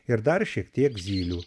ir dar šiek tiek zylių